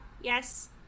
yes